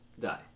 Die